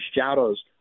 shadows